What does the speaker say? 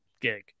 gig